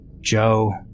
Joe